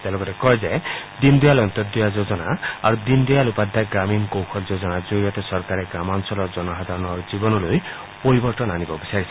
তেওঁ লগতে কয় যে দীনদয়াল অন্ত্যোদয়া যোজনা আৰু দীনদয়াল উপাধ্যায় গ্ৰামীণ কৌশল যোজনাৰ জৰিয়তে চৰকাৰে গ্ৰামাঞলৰ জনসাধাৰণৰ জীৱনলৈ পৰিৱৰ্তন আনিব বিচাৰিছে